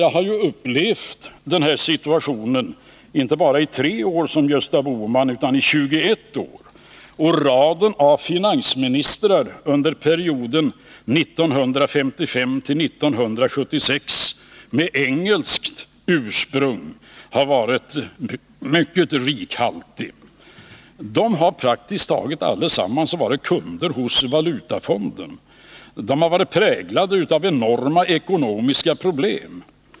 Jag har ju upplevt den situation som Gösta Bohman befinner sig i, men inte som han bara i tre år utan i 21 år, och raden av finansministrar under perioden 1955 till 1976 med engelskt ursprung har varit mycket lång. De har praktiskt taget allesammans varit kunder hos Valutafonden, och de har varit präglade av enorma ekonomiska problem.